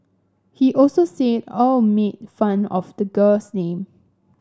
he also said Au made fun of the girl's name